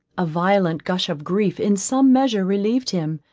a violent gush of grief in some measure relieved him,